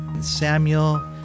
Samuel